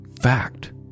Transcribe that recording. fact